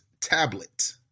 tablet